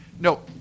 No